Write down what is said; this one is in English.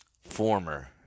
former